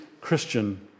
Christian